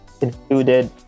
included